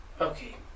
okay